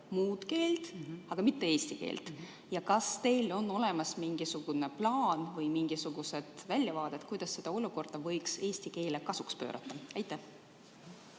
muud keelt, aga mitte eesti keelt. Ja kas teil on olemas mingisugune plaan või mingisugused väljavaated, kuidas selle olukorra võiks eesti keele kasuks pöörata? Austatud